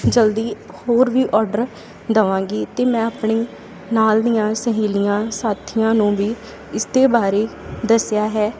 ਜਲਦੀ ਹੋਰ ਵੀ ਓਡਰ ਦੇਵਾਂਗੀ ਅਤੇ ਮੈਂ ਆਪਣੀ ਨਾਲ ਦੀਆਂ ਸਹੇਲੀਆਂ ਸਾਥੀਆਂ ਨੂੰ ਵੀ ਇਸਦੇ ਬਾਰੇ ਦੱਸਿਆ ਹੈ